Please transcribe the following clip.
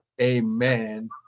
amen